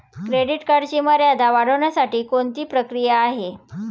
Credit कार्डची मर्यादा वाढवण्यासाठी कोणती प्रक्रिया आहे?